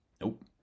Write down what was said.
nope